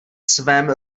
svém